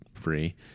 free